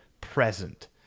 present